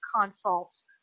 consults